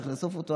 צריך לאסוף אותו.